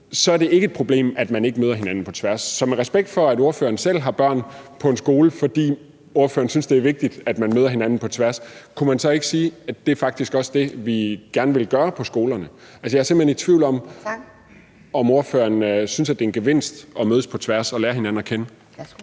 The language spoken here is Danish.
så er det ikke et problem, at man ikke møder hinanden på tværs. Så med respekt for, at ordføreren selv har børn på en skole, fordi ordføreren synes, det er vigtigt, at man møder hinanden på tværs, kunne man så ikke sige, at det er faktisk også det, vi gerne vil gøre på skolerne? Altså, jeg er simpelt hen i tvivl om, om ordføreren synes, at det er en gevinst at mødes på tværs og lære hinanden at kende.